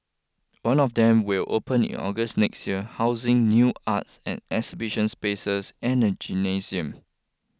one of them will open in August next year housing new arts and exhibition spaces and a gymnasium